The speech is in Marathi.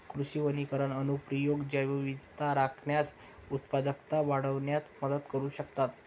कृषी वनीकरण अनुप्रयोग जैवविविधता राखण्यास, उत्पादकता वाढविण्यात मदत करू शकतात